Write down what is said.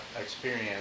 experience